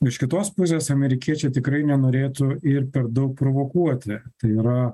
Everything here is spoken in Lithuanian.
iš kitos pusės amerikiečiai tikrai nenorėtų ir per daug provokuoti tai yra